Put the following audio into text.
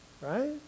right